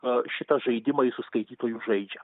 a šitą žaidimą jis su skaitytoju žaidžia